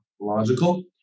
logical